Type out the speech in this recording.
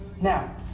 Now